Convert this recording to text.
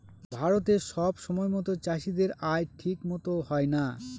ভারতে সব সময়তো চাষীদের আয় ঠিক মতো হয় না